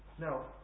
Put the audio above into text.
Now